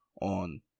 on